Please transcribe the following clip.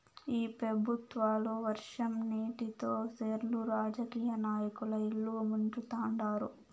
ఈ పెబుత్వాలు వర్షం నీటితో సెర్లు రాజకీయ నాయకుల ఇల్లు ముంచుతండారు